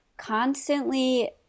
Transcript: Constantly